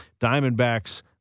Diamondbacks